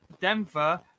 Denver